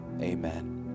Amen